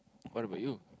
what about you